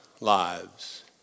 lives